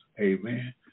amen